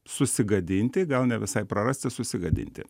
susigadinti gal ne visai prarasti susigadinti